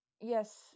yes